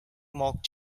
mock